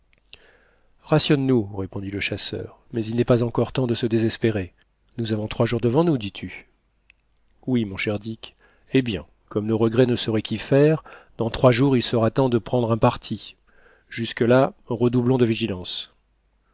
rationne nous répondit le chasseur mais il n'est pas encore temps de se désespérer nous avons trois jours devant nous dis-tu oui mon cher dick eh bien comme nos regrets ne sauraient qu'y faire dans trois jours il sera temps de prendre un parti jusque-là redoublons de vigilance